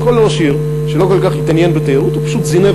אז כל ראש עיר שלא כל כך התעניין בתיירות פשוט זינב